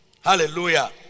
Hallelujah